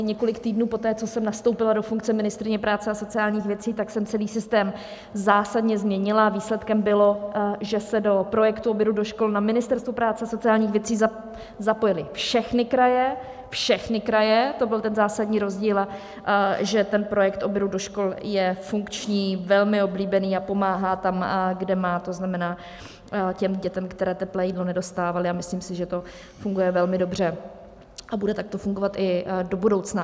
Několik týdnů poté, co jsem nastoupila do funkce ministryně práce a sociálních věcí, jsem celý systém zásadně změnila a výsledkem bylo, že se do projektu obědů do škol na Ministerstvu práce a sociálních věcí zapojily všechny kraje všechny kraje, to byl ten zásadní rozdíl, že projekt obědů do škol je funkční, velmi oblíbený a pomáhá tam, kde má, to znamená dětem, které teplé jídlo nedostávaly, a myslím si, že to funguje velmi dobře a bude takto fungovat i do budoucna.